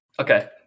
Okay